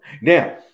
Now